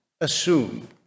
assume